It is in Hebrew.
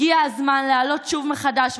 הגיע הזמן להעלות שוב מחדש,